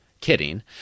Kidding